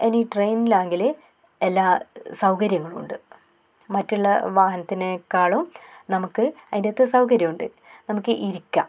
ഇനി ട്രെയിനിലാണെങ്കിൽ എല്ലാ സൗകര്യങ്ങളും ഉണ്ട് മറ്റുള്ള വാഹനത്തിനെക്കാളും നമുക്ക് അതിൻ്റകത്ത് സൗകര്യമുണ്ട് നമുക്ക് ഇരിക്കാം